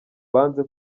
banze